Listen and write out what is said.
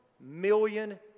million